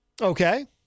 Okay